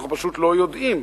אנחנו פשוט לא יודעים.